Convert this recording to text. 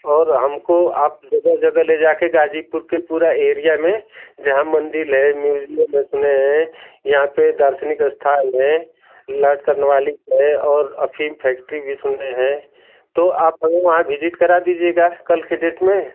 और हमको आप जगह जगह ले जाकर गाजीपुर के पूरा एरिया में जहाँ मंदिर है म्यूज़ियम है सुने हैं यहाँ पर दार्शनिक स्थान है लार्ड कार्नवालिस है और अफीम फैक्ट्री भी सुने हैं तो आप हमें वहाँ बिजिट करा दीजिएगा कल के डेट में